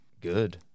good